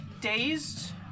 dazed